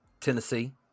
Tennessee